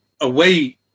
away